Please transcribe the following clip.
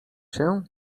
się